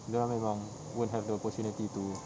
dia orang memang won't have the opportunity to